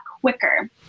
quicker